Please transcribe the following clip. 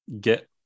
get